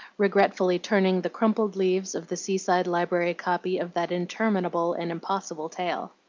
regretfully turning the crumpled leaves of the seaside library copy of that interminable and impossible tale.